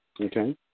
Okay